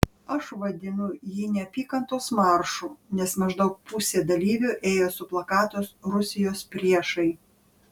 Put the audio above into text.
aš vadinu jį neapykantos maršu nes maždaug pusė dalyvių ėjo su plakatais rusijos priešai